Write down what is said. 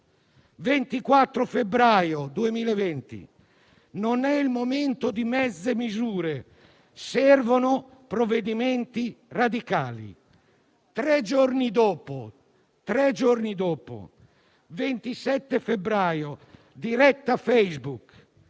24 febbraio 2020: «Non è il momento di mezze misure. Servono provvedimenti radicali». Tre giorni dopo, il 27 febbraio, in una diretta Facebook: